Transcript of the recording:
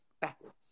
Backwards